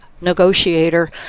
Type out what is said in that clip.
negotiator